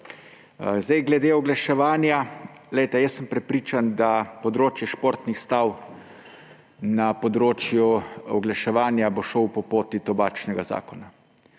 Glede oglaševanja, jaz sem prepričan, da na področju športnih stav bo na področju oglaševanja šlo po poti tobačnega zakona.